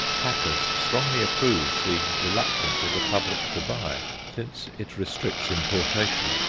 packers strongly approve the reluctance of the public to buy, since it restricts importation.